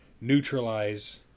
neutralize